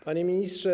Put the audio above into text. Panie Ministrze!